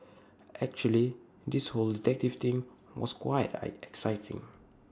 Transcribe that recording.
actually this whole detective thing was quite exciting